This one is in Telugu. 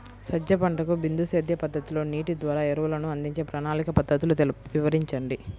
సజ్జ పంటకు బిందు సేద్య పద్ధతిలో నీటి ద్వారా ఎరువులను అందించే ప్రణాళిక పద్ధతులు వివరించండి?